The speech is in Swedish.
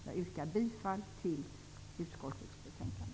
Jag yrkar bifall till utskottets hemställan.